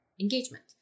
engagement